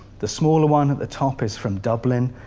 the smaller one at the top is from dublin,